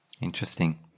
Interesting